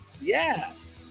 Yes